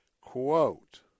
quote